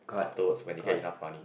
afterwards when they get enough money